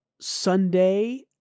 Sunday